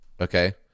okay